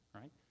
right